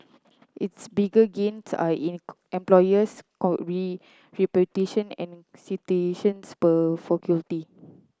its bigger gains are in employers reputation and citations per faculty